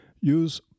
Use